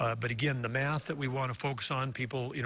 but, again, the math that we want to focus on, people, you know,